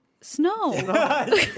Snow